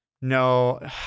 no